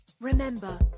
remember